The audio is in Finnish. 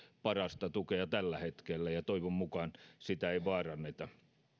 parasta tukea tällä hetkellä ja toivon mukaan sitä ei vaaranneta